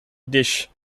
dish